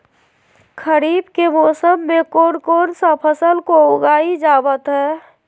खरीफ के मौसम में कौन कौन सा फसल को उगाई जावत हैं?